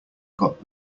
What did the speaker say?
got